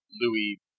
Louis